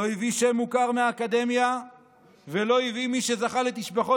לא הביא שם מוכר מהאקדמיה ולא הביא את מי שזכה לתשבחות